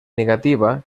negativa